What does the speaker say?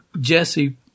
Jesse